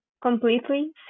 completely